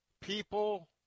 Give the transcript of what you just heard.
People